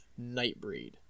Nightbreed